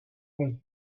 bon